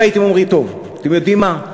אם הייתם אומרים: טוב, אתם יודעים מה?